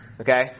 okay